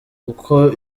uko